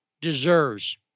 deserves